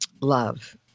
love